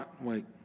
Wait